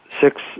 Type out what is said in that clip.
six